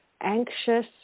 anxious